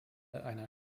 einer